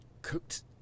Cooked